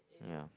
yeah